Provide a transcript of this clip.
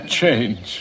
change